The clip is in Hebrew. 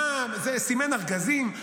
סימן ארגזים,